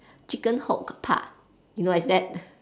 chicken hook park you know what is that